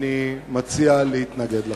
אני מציע להתנגד לחוק.